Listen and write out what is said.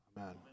Amen